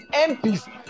MPs